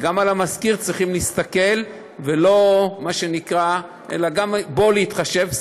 וגם על המשכיר צריכים להסתכל וגם בו להתחשב,